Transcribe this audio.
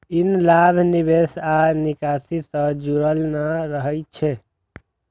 ई लाभ निवेश आ निकासी सं जुड़ल नहि रहै छै